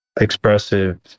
expressive